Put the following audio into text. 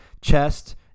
chest